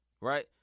right